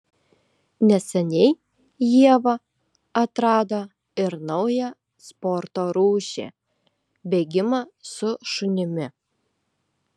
neseniai ieva atrado ir naują sporto rūšį bėgimą su šunimi